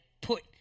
put